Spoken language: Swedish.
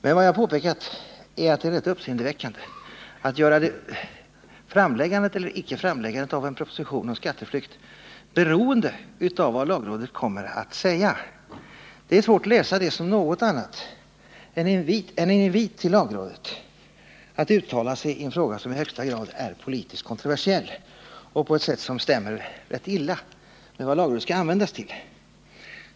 Men vad jag har påpekat är att det är rätt uppseendeväckande att göra frågan om framläggande eller inte av en proposition om skatteflykt beroende av vad lagrådet kommer att säga. Det är svårt att se det som något annat än en invit till lagrådet att uttala sig i en fråga som i högsta grad är politiskt kontroversiell. Och det stämmer rätt illa med vad lagrådet skall användas till.